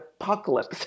apocalypse